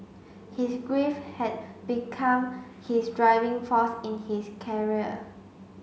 his grief had become his driving force in his